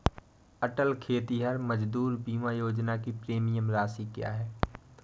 अटल खेतिहर मजदूर बीमा योजना की प्रीमियम राशि क्या है?